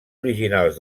originals